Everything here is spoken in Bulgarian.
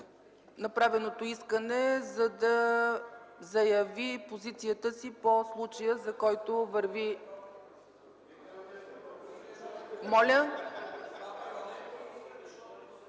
направеното искане, за да заяви позицията си по случая, за който върви...